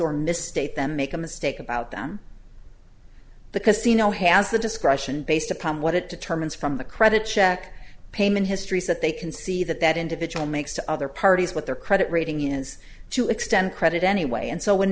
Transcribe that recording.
or mistake them make a mistake about them the casino has the discretion based upon what it determines from the credit check payment histories that they can see that that individual makes to other parties with their credit rating is to extend credit anyway and so when